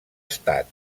estat